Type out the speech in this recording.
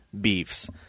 beefs